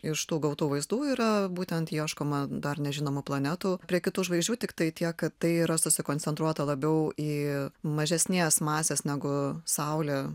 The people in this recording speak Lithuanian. iš tų gautų vaizdų yra būtent ieškoma dar nežinomų planetų prie kitų žvaigždžių tiktai tiek kad tai yra susikoncentruota labiau į mažesnės masės negu saulė